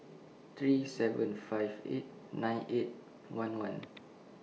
three seven five eight nine eight one one